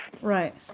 Right